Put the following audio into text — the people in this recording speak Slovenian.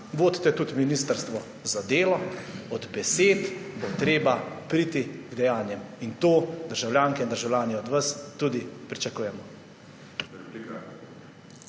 vodite tudi ministrstvo za delo, od besed bo treba priti k dejanjem. In to državljanke in državljani od vas tudi pričakujemo.